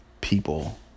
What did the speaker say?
people